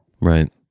Right